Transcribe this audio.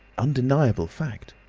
undeniable fact!